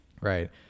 Right